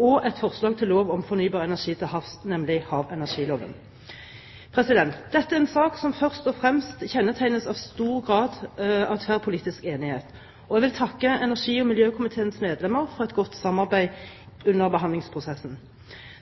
og et forslag til lov om fornybar energi til havs, nemlig havenergiloven. Dette er en sak som først og fremst kjennetegnes av stor grad av tverrpolitisk enighet, og jeg vil takke energi- og miljøkomiteens medlemmer for et godt samarbeid under behandlingsprosessen.